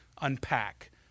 unpack